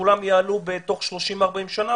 שכולם יעלו בתוך 40-30 שנה,